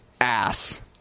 ass